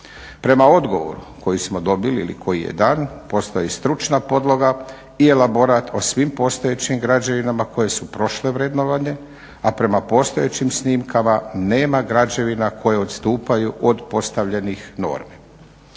Prema odgovoru koji smo dobili ili koji je dan postoji stručna podloga i elaborat o svim postojećim građevinama koje su prošle vrednovanje a prema postojećim snimkama nema građevina koje odstupaju od postavljenih normi.